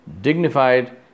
dignified